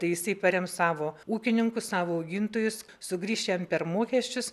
tai jisai parems savo ūkininkus savo augintojus sugrįš jam per mokesčius